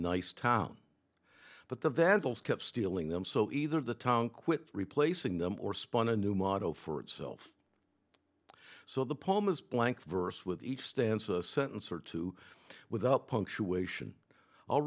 nice town but the vandals kept stealing them so either the town quit replacing them or spawn a new model for itself so the poem is blank verse with each stance a sentence or two with up punctuation i'll